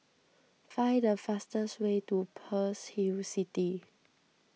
find the fastest way to Pearl's Hill City